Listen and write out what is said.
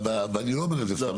ואני לא אומר את זה סתם,